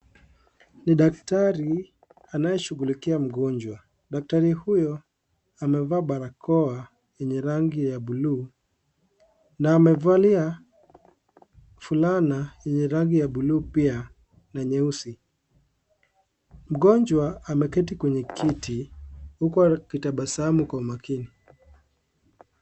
Ni daktari, anayeshugulikia mgonjwa, daktari huyo, amevaa barakoa, yenye rangi ya buluu, na amevalia, fulana, yenye rangi ya buluu pia, na nyeusi, mgonjwa, ameketi kwenye kiti, huku akitabasamu kwa umakini.